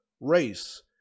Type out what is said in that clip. race